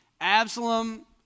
Absalom